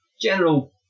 general